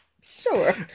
Sure